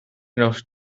enough